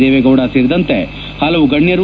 ದೇವೇಗೌಡ ಸೇರಿದಂತೆ ಹಲವು ಗಣ್ಣರು